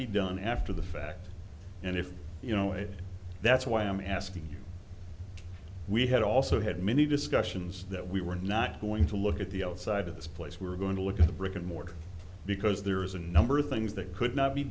be done after the fact and if you know it that's why i'm asking we had also had many discussions that we were not going to look at the outside of this place we're going to look at the brick and mortar because there is a number of things that could not be